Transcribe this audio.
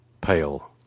pale